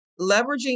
leveraging